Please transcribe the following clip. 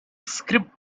script